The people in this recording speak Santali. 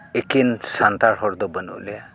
ᱮᱠᱷᱮᱱ ᱥᱟᱱᱛᱟᱲ ᱦᱚᱲ ᱫᱚ ᱵᱟᱹᱱᱩᱜ ᱞᱮᱭᱟ